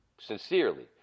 sincerely